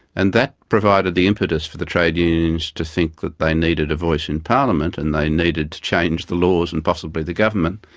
and that provided the impetus for the trade unions to think that they needed a voice in parliament and they needed to change the laws and possibly the government.